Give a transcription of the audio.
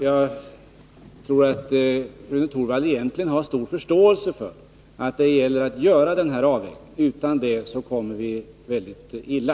Jag tror att Rune Torwald egentligen har stor förståelse för att det gäller att göra den här avvägningen, om det inte skall gå illa.